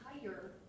higher